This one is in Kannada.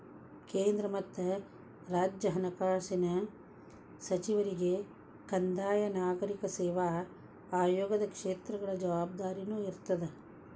ಕೇಂದ್ರ ಮತ್ತ ರಾಜ್ಯ ಹಣಕಾಸಿನ ಸಚಿವರಿಗೆ ಕಂದಾಯ ನಾಗರಿಕ ಸೇವಾ ಆಯೋಗ ಕ್ಷೇತ್ರಗಳ ಜವಾಬ್ದಾರಿನೂ ಇರ್ತದ